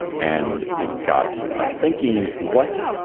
ah and it got us thinking, what,